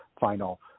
final